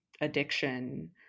addiction